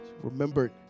remembered